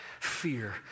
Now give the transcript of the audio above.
fear